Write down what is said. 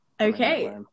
okay